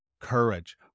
courage